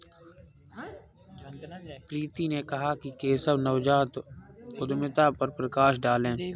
प्रीति ने कहा कि केशव नवजात उद्यमिता पर प्रकाश डालें